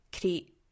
create